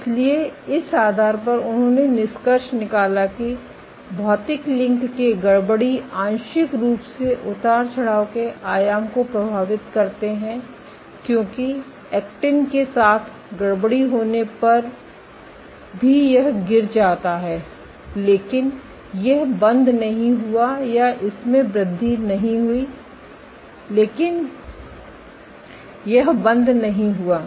इसलिए इस आधार पर उन्होंने निष्कर्ष निकाला कि भौतिक लिंक के गड़बड़ी आंशिक रूप से उतार चढ़ाव के आयाम को प्रभावित करते हैं क्योंकि एक्टिन के साथ गड़बड़ी होने पर भी यह गिर जाता है लेकिन यह बंद नहीं हुआ या इसमें वृद्धि नहीं हुई लेकिन यह बंद नहीं हुआ